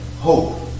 hope